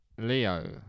Leo